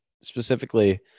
specifically